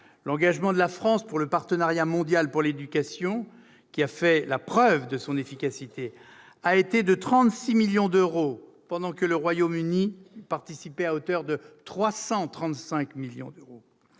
l'engagement de la France pour le Partenariat mondial pour l'éducation, qui a fait la preuve de son efficacité, s'est élevé à 36 millions d'euros, pendant que le Royaume-Uni participait à hauteur de 335 millions d'euros.